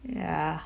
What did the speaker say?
ya